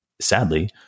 sadly